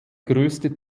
größte